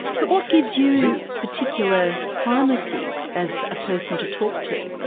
but what gives you particular primacy as a person to talk to?